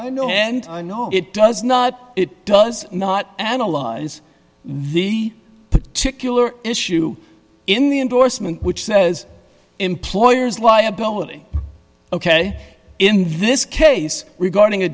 i know and i know it does not it does not analyze the particular issue in the endorsement which says employers liability ok in this case regarding a